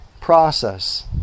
process